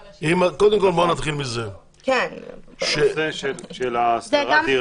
קודם כל בוא נתחיל מזה ש --- הנושא של השכרת דירה